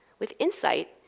with insight,